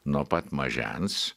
nuo pat mažens